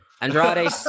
Andrade